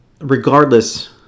regardless